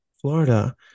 Florida